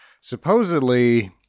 Supposedly